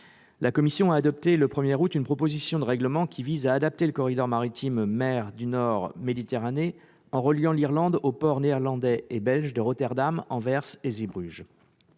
La Commission a adopté le 1 août une proposition de règlement visant à adapter le corridor maritime mer du Nord-Méditerranée en reliant l'Irlande aux ports néerlandais et belges de Rotterdam, d'Anvers et de Zeebrugge.